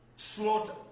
slaughter